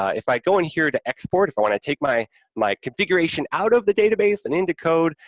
if i go in here to export, if i want to take my my configuration out of the database and into code,